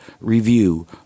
review